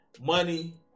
Money